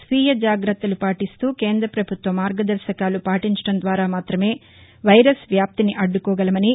స్వీయ జాగ్రత్తలు పాటిస్తూ కేంద్ర ప్రభుత్వ మార్గదర్భకాలు పాటించడం ద్వారా మాత్రమే వైరస్ వ్యాప్తిని అడ్లుకోగలమని